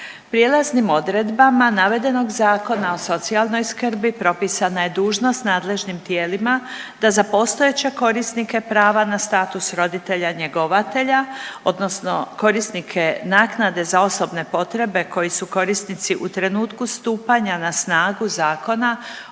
Prijelaznim odredbama navedenog Zakona o socijalnoj skrbi propisana je dužnost nadležnim tijelima da za postojeće korisnike prava na status roditelja-njegovatelja odnosno korisnike naknade za osobne potrebe koji su korisnici u trenutku stupanja na snagu Zakona